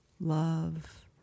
love